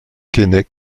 keinec